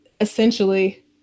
essentially